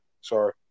Sorry